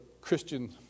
Christian